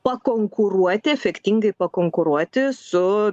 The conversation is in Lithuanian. pakonkuruoti efektingai pakonkuruoti su